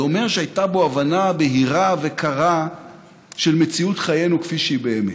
זה אומר שהייתה בו הבנה בהירה וקרה של מציאות חיינו כפי שהיא באמת.